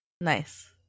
Nice